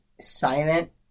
silent